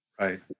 Right